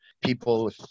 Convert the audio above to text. people